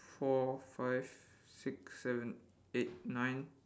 four five six seven eight nine